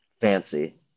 Fancy